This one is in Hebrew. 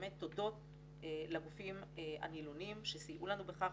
באמת תודות לגופים הנילונים שסייעו לנו בכך